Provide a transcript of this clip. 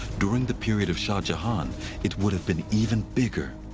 during the period of shah jahan it would have been even bigger.